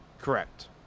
correct